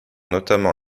notamment